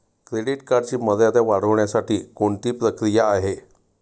Credit कार्डची मर्यादा वाढवण्यासाठी कोणती प्रक्रिया आहे?